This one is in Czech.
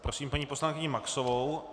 Prosím paní poslankyni Maxovou.